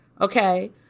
okay